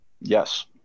Yes